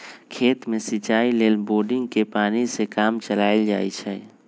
खेत में सिचाई लेल बोड़िंगके पानी से काम चलायल जाइ छइ